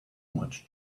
much